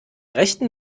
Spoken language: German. rechten